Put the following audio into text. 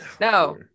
No